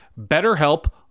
BetterHelp